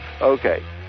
Okay